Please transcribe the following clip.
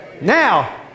Now